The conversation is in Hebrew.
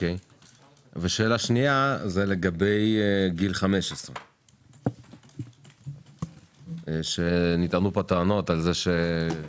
השאלה השנייה היא לגבי גיל 15. נטען פה שכדאי